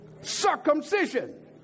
circumcision